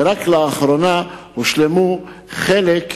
ורק לאחרונה הושלמו חלק מהעבודות.